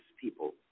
people